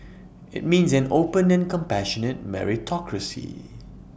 IT means an open and compassionate meritocracy